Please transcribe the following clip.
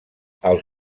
els